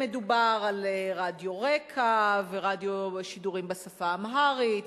מדובר על רק"ע ושידורים בשפה האמהרית,